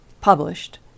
published